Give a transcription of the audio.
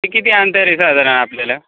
ते किती अंतर आहे साधारण आपल्याला